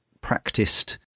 practiced